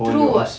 true [what]